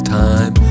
time